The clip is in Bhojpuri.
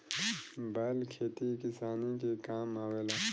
बैल खेती किसानी के काम में आवेला